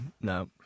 no